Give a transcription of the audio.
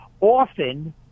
often